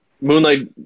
Moonlight